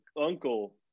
uncle